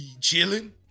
Chilling